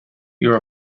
your